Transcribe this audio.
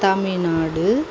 Tamil Nadu